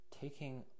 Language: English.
taking